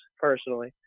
personally